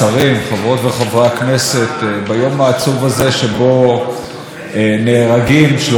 שבו נהרגים שלושה אנשים בתאונות עבודה,